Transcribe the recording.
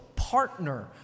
partner